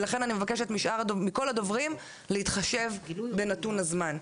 לכן אני מבקשת מכל הדוברים להתחשב בנתון הזמן,